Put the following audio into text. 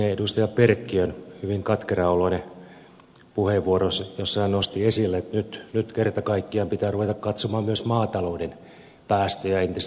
perkiön hyvin katkeran oloinen puheenvuoro jossa hän nosti esille että nyt kerta kaikkiaan pitää ruveta katsomaan myös maatalouden päästöjä entistä tarkemmalla silmällä